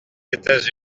états